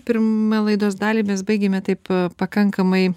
pirmą laidos dalį mes baigėme taip pakankamai